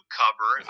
cover